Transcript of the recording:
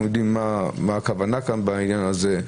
אנחנו יודעים מה הכוונה כאן בעניין הזה,